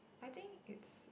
I think it's